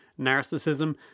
narcissism